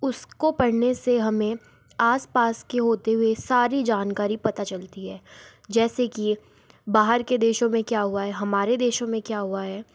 उसको पढ़ने से हमें आस पास के होती हुई सारी जानकारी पता चलती है जैसे कि बाहर के देशों में क्या हुआ है हमारे देश में क्या हुआ है